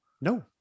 no